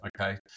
okay